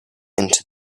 into